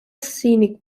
scenic